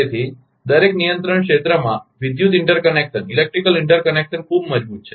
તેથી દરેક નિયંત્રણ ક્ષેત્રમાં વિદ્યુત ઇન્ટરકનેક્શન ખૂબ મજબૂત છે